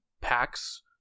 packs